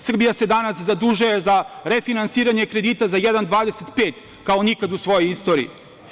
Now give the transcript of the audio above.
Srbija se danas zadužuje za refinansiranje kredita za 1,25% kao nikad u svojoj istoriji.